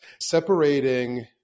Separating